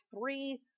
three